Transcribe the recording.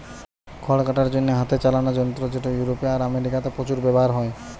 খড় কাটার জন্যে হাতে চালানা যন্ত্র যেটা ইউরোপে আর আমেরিকাতে প্রচুর ব্যাভার হয়